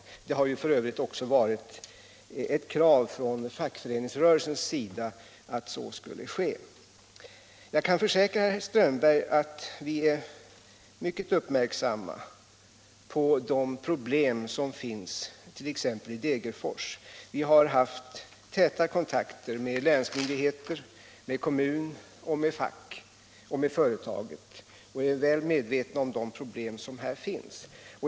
Det har ju f. ö. också varit ett krav från fackföreningsrörelsens sida. Jag kan försäkra herr Strömberg att vi är mycket uppmärksamma på de problem som finns, t.ex. i Degerfors. Vi har haft täta kontakter med länsmyndigheter, med kommun, med fack och med företaget och är väl medvetna om de problem som här finns.